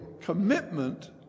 commitment